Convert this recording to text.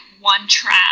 one-track